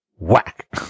whack